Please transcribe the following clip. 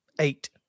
Eight